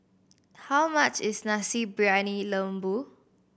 how much is Nasi Briyani Lembu